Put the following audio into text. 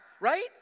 right